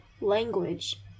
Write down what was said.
Language